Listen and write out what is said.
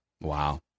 Wow